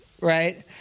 right